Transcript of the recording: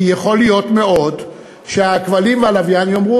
כי יכול מאוד להיות שהכבלים והלוויין יאמרו,